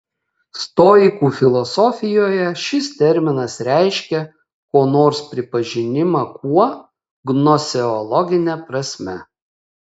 stoikų filosofijoje šis terminas reiškia ko nors pripažinimą kuo gnoseologine prasme